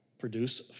produce